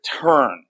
turn